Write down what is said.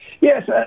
Yes